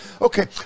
Okay